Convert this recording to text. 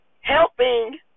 helping